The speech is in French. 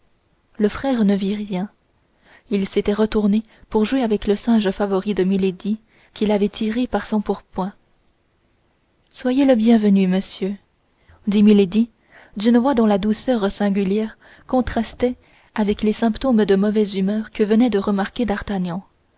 le frère ne vit rien il s'était retourné pour jouer avec le singe favori de milady qui l'avait tiré par son pourpoint soyez le bienvenu monsieur dit milady d'une voix dont la douceur singulière contrastait avec les symptômes de mauvaise humeur que venait de remarquer d'artagnan